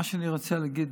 מה שאני רוצה להגיד,